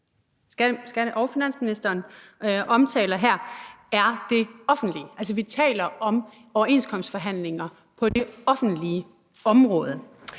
og finansministeren omtaler her, i det her tilfælde er det offentlige. Altså, vi taler om overenskomstforhandlinger på det offentlige område.